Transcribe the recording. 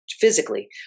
physically